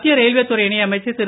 மத்திய ரயில்வே துறை இணை அமைச்சர் திரு